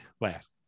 Last